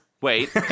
Wait